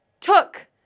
took